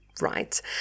right